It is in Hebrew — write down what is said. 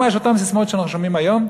ממש אותן ססמאות שאנחנו שומעים היום,